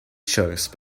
choice